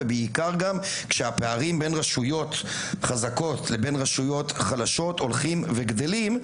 ובעיקר גם כשהפערים בין רשויות חזקות לבין רשויות חלשות הולכים וגדלים,